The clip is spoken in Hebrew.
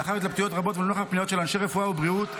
לאחר התלבטויות רבות ולנוכח פניות של אנשי רפואה ובריאות,